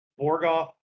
Borgoff